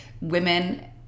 women